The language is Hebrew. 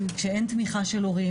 כשאין תמיכה של הורים,